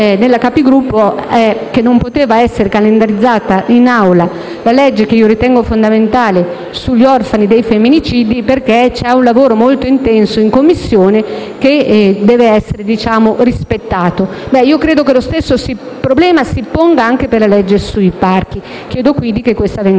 sul fatto che non poteva essere calendarizzata in Aula la legge, che ritengo fondamentale, sugli orfani del femminicidio perché c'è un lavoro molto intenso in Commissione che deve essere rispettato. Credo che lo stesso problema si ponga anche per la legge sui parchi. Chiedo, quindi, che venga espunta